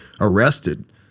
arrested